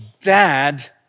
Dad